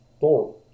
Thor